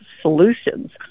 solutions